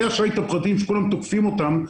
כלי השיט הפרטיים שכולם תוקפים אותם,